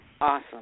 Awesome